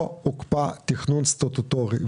לא הוקפא תכנון סטטוטורי.